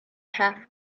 half